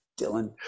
Dylan